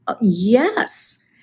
Yes